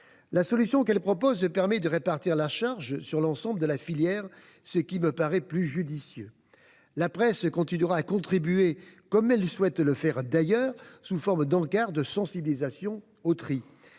La solution qu'elle a proposée permet de répartir la charge sur l'ensemble de la filière, ce qui me paraît plus judicieux. La presse continuera à contribuer, comme elle souhaite d'ailleurs le faire, sous forme d'encarts de sensibilisation au tri.